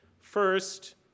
First